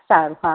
સારું હાં